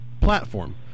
platform